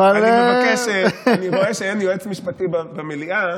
אני רואה שאין יועץ משפטי במליאה.